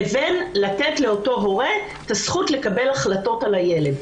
לבין נתינת הזכות לאותו הורה לקבל החלטות על הילד.